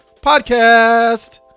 Podcast